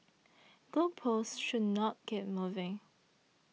goal posts should not keep moving